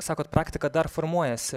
sakot praktika dar formuojasi